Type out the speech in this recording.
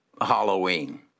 Halloween